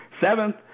seventh